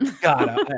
God